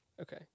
Okay